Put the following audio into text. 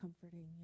comforting